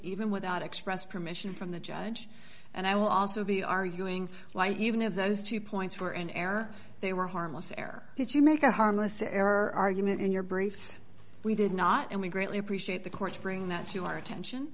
even without express permission from the judge and i will also be arguing why even of those two points were in error they were harmless error did you make a harmless error argument in your briefs we did not and we greatly appreciate the court's bring that to our attention